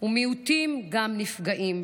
ומיעוטים נפגעים.